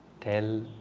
tell